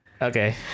Okay